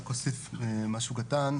אני רק אוסיף משהו קטן,